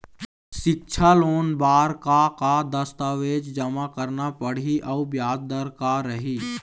सिक्छा लोन बार का का दस्तावेज जमा करना पढ़ही अउ ब्याज दर का रही?